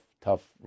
tough